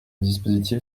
dispositif